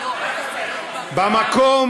במקום